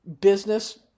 business